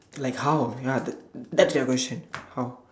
like how ya that that's your question how